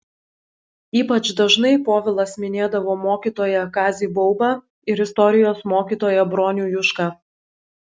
ypač dažnai povilas minėdavo mokytoją kazį baubą ir istorijos mokytoją bronių jušką